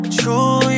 true